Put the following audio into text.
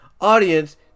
audience